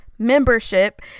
Membership